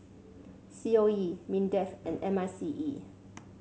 C O E Mindefand M I C E